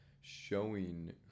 showing